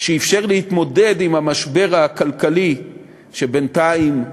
שאפשר להתמודד עם המשבר הכלכלי שבינתיים,